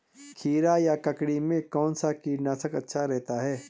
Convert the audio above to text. खीरा या ककड़ी में कौन सा कीटनाशक अच्छा रहता है?